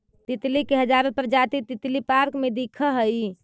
तितली के हजारो प्रजाति तितली पार्क में दिखऽ हइ